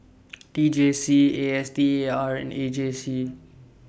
T J C A S T A R and A G C